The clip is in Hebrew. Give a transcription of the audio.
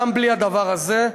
גם בלי הדבר הזה,